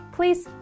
Please